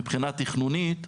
מבחינה תכנונית,